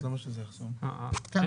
כאשר